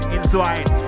Inside